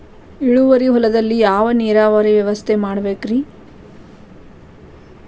ಇಳುವಾರಿ ಹೊಲದಲ್ಲಿ ಯಾವ ನೇರಾವರಿ ವ್ಯವಸ್ಥೆ ಮಾಡಬೇಕ್ ರೇ?